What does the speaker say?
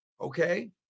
okay